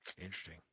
Interesting